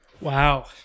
Wow